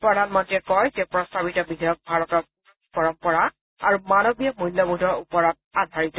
প্ৰধানমন্ত্ৰীয়ে কয় যে প্ৰস্তাৱিত বিধেয়ক ভাৰতৰ পুৰণি পৰম্পৰা আৰু মানৱীয় মূল্যবোধৰ ওপৰত আধাৰিত